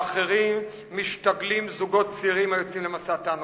באחרים משתגלים זוגות צעירים היוצאים למסע תענוגות.